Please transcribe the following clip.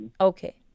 Okay